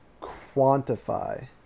quantify